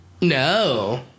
No